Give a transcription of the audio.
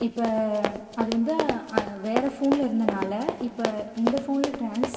இப்போ அது வந்து வேறே ஃபோனில் இருந்தனால் இப்போ இந்த ஃபோனில் ட்ரான்ஸ்